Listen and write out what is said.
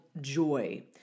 joy